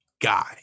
guy